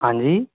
हाँ जी